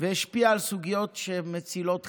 והשפיעה על סוגיות שמצילות חיים,